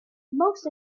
most